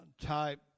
type